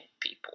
people